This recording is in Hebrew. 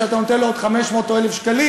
שכשאתה נותן לו עוד 500 או 1,000 שקלים